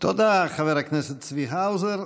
תודה, חבר הכנסת צבי האוזר.